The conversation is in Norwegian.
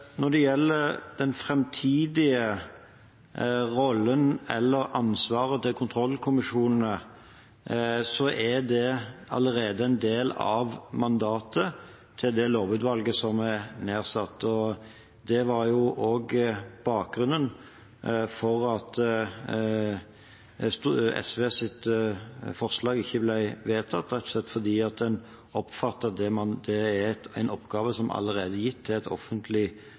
det allerede en del av mandatet til det lovutvalget som er nedsatt. Det var bakgrunnen for at SVs forslag ikke ble vedtatt, rett og slett fordi det er en oppgave som allerede er gitt til et offentlig